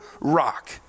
rock